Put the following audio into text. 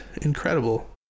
incredible